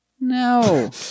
No